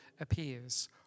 appears